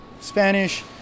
Spanish